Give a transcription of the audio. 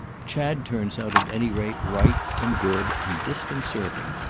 chad turns out at any rate right and good and disconcerting,